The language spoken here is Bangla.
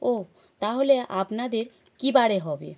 ও তাহলে আপনাদের কী বারে হবে